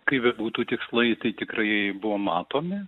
kaip bebūtų tikslai tai tikrai buvo matomi